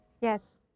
yes